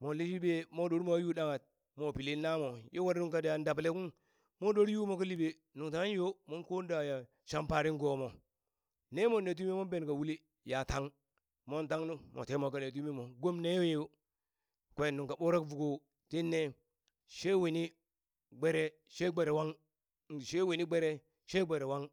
mo liɓe mwa ɗor mwa yuu danghat mwa pili namo ye were nuŋ ka jan daɓale kung mo ɗor yu mo ka liɓe nuŋ tanghe yo mon kon da shampari gomo ne mon ne tumi mon bene ka uli ya tang, mon tangnu mo te mwa ka ne tumi mo gom neya yo kwen nung ka ɓurak vuko tinne, she wini gbere she gbere wang she wini gbere she gbere wang